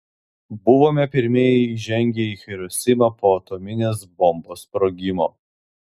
buvome pirmieji įžengę į hirosimą po atominės bombos sprogimo